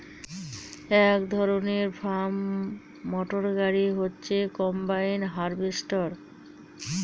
এক ধরনের farm motor গাড়ি হচ্ছে কম্বাইন হার্ভেস্টর